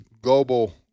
global